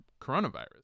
coronavirus